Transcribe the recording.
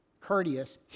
courteous